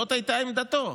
זאת הייתה עמדתו.